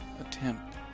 attempt